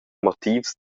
motivs